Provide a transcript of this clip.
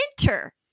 winter